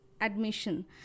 admission